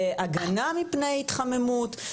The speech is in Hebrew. להגנה מפני התחממות,